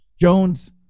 Jones